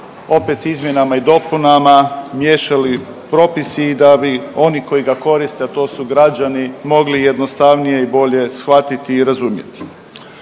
opet izmjenama i dopunama miješali propisi da bi oni koji ga koriste, a to su građani mogli jednostavnije i bolje shvatiti i razumjeti.